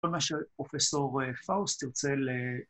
כל מה שפרופ' פאוסט תרצה ל...